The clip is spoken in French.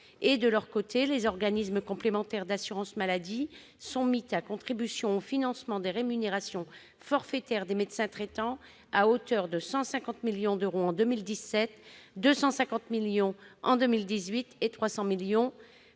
De leur côté, les organismes complémentaires d'assurance maladie sont mis à contribution pour ce qui concerne le financement des rémunérations forfaitaires des médecins traitants à hauteur de 150 millions d'euros en 2017, 250 millions d'euros en 2018 et 300 millions